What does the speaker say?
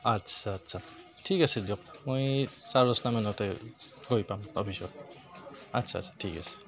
আচ্ছা আচ্ছা ঠিক আছে দিয়ক মই চাৰে দহটা মানতে থৈ পাম অফিছত আচ্ছা আচ্ছা ঠিক আছে